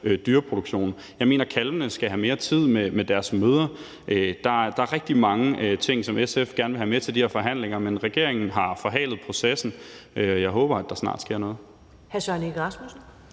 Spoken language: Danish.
dyreproduktion. Jeg mener, kalvene skal have mere tid med deres mødre. Der er rigtig mange ting, som SF gerne vil have med til de her forhandlinger, men regeringen har forhalet processen. Jeg håber, at der snart sker noget.